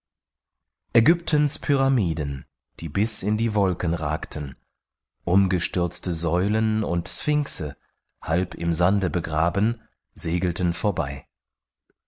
ägyptens pyramiden die bis in die wolken ragten umgestürzte säulen und sphinxe halb im sande begraben segelten vorbei